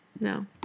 No